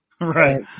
Right